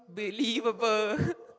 believable